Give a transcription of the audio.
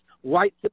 white